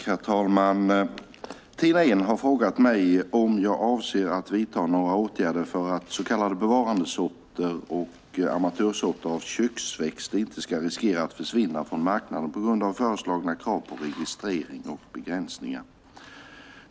Herr talman! Tina Ehn har frågat mig om jag avser att vidta några åtgärder för att så kallade bevarandesorter och amatörsorter av köksväxter inte ska riskera att försvinna från marknaden på grund av föreslagna krav på registrering och begränsningar.